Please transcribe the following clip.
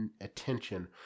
attention